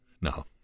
No